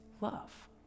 love